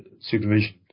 supervision